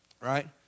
right